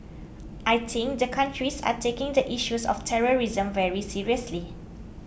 I think the countries are taking the issues of terrorism very seriously